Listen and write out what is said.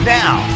now